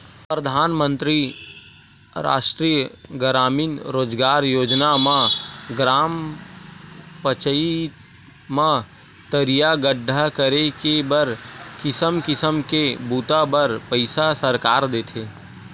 परधानमंतरी रास्टीय गरामीन रोजगार योजना म ग्राम पचईत म तरिया गड्ढ़ा करे के बर किसम किसम के बूता बर पइसा सरकार देथे